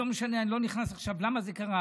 אני לא נכנס עכשיו ללמה זה קרה,